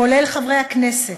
כולל חברי הכנסת,